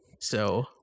So-